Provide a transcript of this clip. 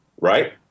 right